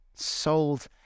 Sold